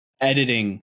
editing